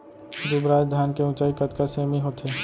दुबराज धान के ऊँचाई कतका सेमी होथे?